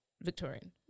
Victorian